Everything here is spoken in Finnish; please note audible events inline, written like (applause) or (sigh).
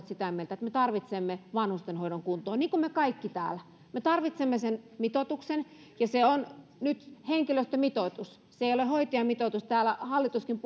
(unintelligible) sitä mieltä että me tarvitsemme vanhustenhoidon kuntoon niin kuin me kaikki täällä me tarvitsemme sen mitoituksen ja se on nyt henkilöstömitoitus se ei ole hoitajamitoitus täällä hallituskin (unintelligible)